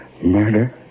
Murder